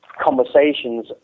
conversations